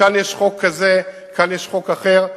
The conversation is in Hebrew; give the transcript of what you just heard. כאן יש חוק כזה, כאן יש חוק אחר,